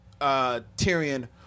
Tyrion